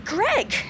Greg